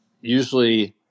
Usually